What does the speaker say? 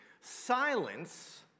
Silence